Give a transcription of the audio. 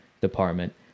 department